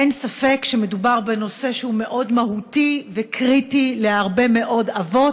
אין ספק שמדובר בנושא שהוא מאוד מהותי וקריטי להרבה מאוד אבות,